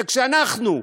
וכשאנחנו,